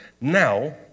Now